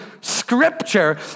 Scripture